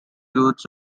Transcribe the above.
roots